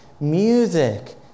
music